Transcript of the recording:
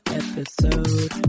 episode